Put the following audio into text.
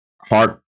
heart